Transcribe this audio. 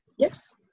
Yes